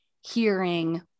hearing